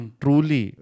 truly